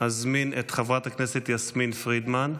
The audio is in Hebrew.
אזמין את חברת הכנסת יסמין פרידמן.